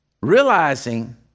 realizing